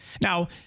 Now